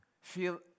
feel